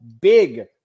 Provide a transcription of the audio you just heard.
big